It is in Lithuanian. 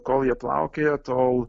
kol jie plaukioja tol